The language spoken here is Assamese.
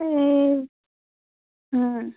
এই